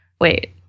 wait